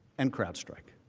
and crowd strike.